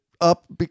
up